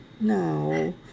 no